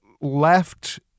left